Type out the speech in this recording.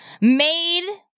made